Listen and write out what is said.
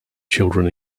children